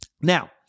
Now